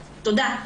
תודה.